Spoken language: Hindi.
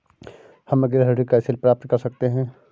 हम गृह ऋण कैसे प्राप्त कर सकते हैं?